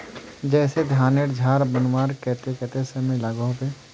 जैसे धानेर झार बनवार केते कतेक समय लागोहो होबे?